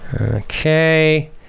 Okay